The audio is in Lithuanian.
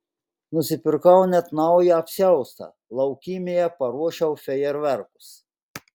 nusipirkau net naują apsiaustą laukymėje paruošiau fejerverkus